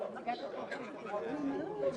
אותי באמירה של רועי שברור לי